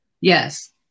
Yes